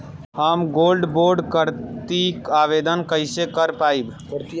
हम gold bond करतिं आवेदन कइसे कर पाइब?